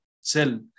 sell